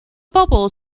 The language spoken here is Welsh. bobl